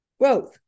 Growth